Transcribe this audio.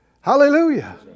Hallelujah